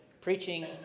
preaching